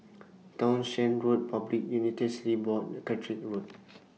Townshend Road Public Utilities Board and Catrick Road